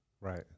right